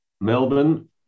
Melbourne